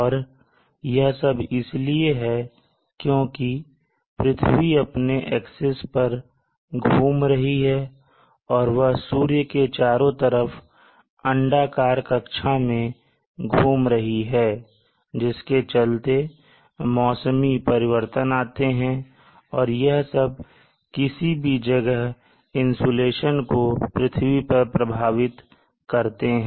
और यह सब इसलिए है क्योंकि पृथ्वी अपने एक्सिस पर घूम रही है और वह सूर्य के चारों तरफ अंडाकार कक्षा मैं घूम रही है जिसके चलते मौसमी परिवर्तन आते हैं और यह सब किसी भी जगह के इंसुलेशन को पृथ्वी पर प्रभावित करते हैं